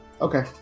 Okay